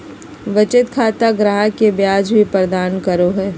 बचत खाता ग्राहक के ब्याज भी प्रदान करो हइ